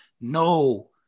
No